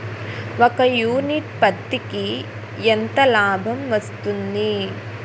ఒక యూనిట్ పత్తికి ఎంత లాభం వస్తుంది?